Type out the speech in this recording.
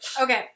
Okay